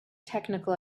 technical